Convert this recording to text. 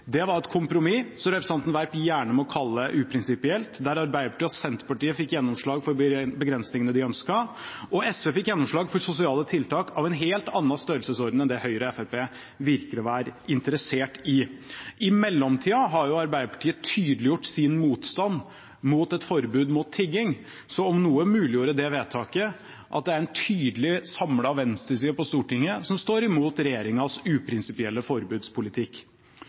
det var et kompromiss, som representanten Werp gjerne må kalle uprinsipielt, der Arbeiderpartiet og Senterpartiet fikk gjennomslag for de begrensningene de ønsket, og SV fikk gjennomslag for sosiale tiltak av en helt annen størrelsesorden enn det Høyre og Fremskrittspartiet virker å være interessert i. I mellomtiden har jo Arbeiderpartiet tydeliggjort sin motstand mot et forbud mot tigging, som om noe muliggjorde det vedtaket at det er en tydelig samlet venstreside på Stortinget som står imot regjeringens uprinsipielle forbudspolitikk.